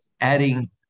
adding